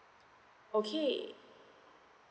okay